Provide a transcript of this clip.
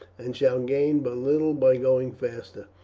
and shall gain but little by going faster.